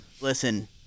Listen